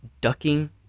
ducking